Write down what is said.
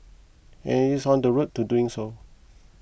and it is on the road to doing so